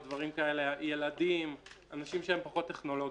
או דברים כאלה, ילדים, אנשים שהם פחות טכנולוגיים.